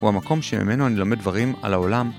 הוא המקום שממנו אני לומד דברים על העולם.